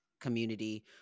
community